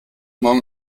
morgen